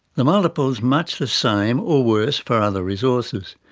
the multiple is much the same or worse for other resources.